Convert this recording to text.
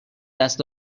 دست